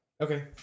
Okay